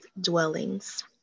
dwellings